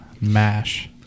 mash